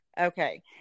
Okay